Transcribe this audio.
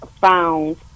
found